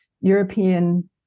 European